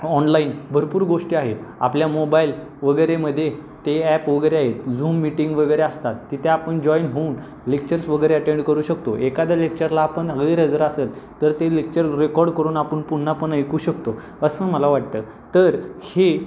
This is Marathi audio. ऑनलाईन भरपूर गोष्टी आहेत आपल्या मोबाईल वगैरेमध्ये ते ॲप वगैरे आहेत झूम मीटिंग वगैरे असतात तिथे आपण जॉईन होऊन लेक्चर्स वगैरे अटेंड करू शकतो एखाद्या लेक्चरला आपण गैरहजर असलो तर ते लेक्चर रेकॉर्ड करून आपण पुन्हा पण ऐकू शकतो असं मला वाटतं तर हे